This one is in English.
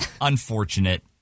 unfortunate